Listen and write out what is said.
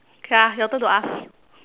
K lah your turn to ask